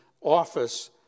office